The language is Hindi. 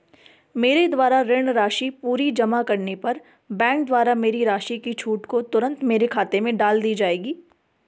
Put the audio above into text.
मेरे द्वारा ऋण राशि पूरी जमा करने पर बैंक द्वारा मेरी राशि की छूट को तुरन्त मेरे खाते में डाल दी जायेगी?